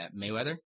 Mayweather